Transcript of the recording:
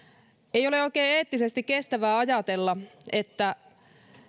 ei ole oikein eettisesti kestävää ajatella että